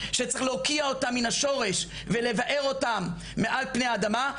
שצריך להוקיע אותם מן השורש ולבער אותם מעל פני האדמה,